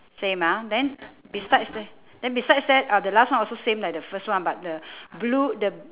same ah then besides the~ then besides that the last one also the same like the first one but the blue the